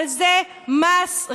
אבל זה מסריח,